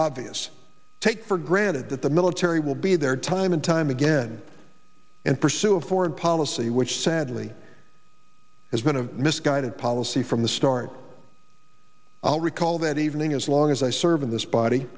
obvious take for granted that the military will be there time and time again and pursue a foreign policy which sadly has been a misguided policy from the start i will recall that evening as long as i served in this body